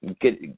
get